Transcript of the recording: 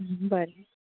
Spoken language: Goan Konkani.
बरें